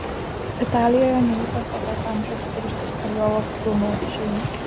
italijoje neįprasta tokio amžiaus pirštis ar juolab planuoti šeimą